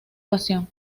pasión